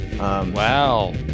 Wow